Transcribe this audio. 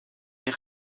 les